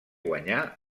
guanyà